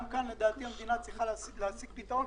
גם כאן לדעתי המדינה צריכה להביא פתרון,